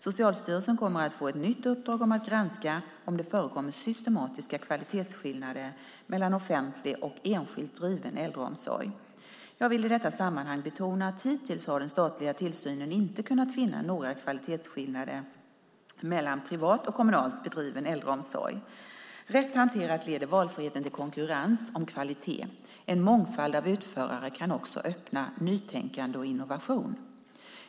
Socialstyrelsen kommer att få ett nytt uppdrag, att granska om det förekommer systematiska kvalitetsskillnader mellan offentlig och enskilt driven äldreomsorg. Jag vill i detta sammanhang betona att den statliga tillsynen hittills inte har kunnat finna några kvalitetsskillnader mellan privat och kommunalt bedriven äldreomsorg. Rätt hanterat leder valfriheten till konkurrens om kvalitet. En mångfald av utförare kan också öppna nytänkande och innovation.